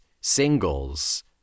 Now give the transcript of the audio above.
singles